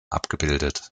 abgebildet